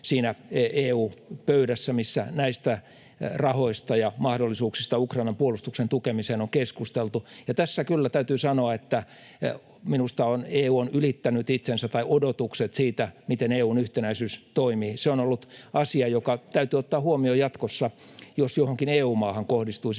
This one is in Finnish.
siinä EU-pöydässä, missä näistä rahoista ja mahdollisuuksista Ukrainan puolustuksen tukemiseen on keskusteltu. Ja tässä kyllä täytyy sanoa, että minusta EU on ylittänyt itsensä tai odotukset siitä, miten EU:n yhtenäisyys toimii. Se on ollut asia, joka täytyy ottaa huomioon jatkossa, jos johonkin EU-maahan kohdistuisi